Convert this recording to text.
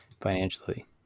financially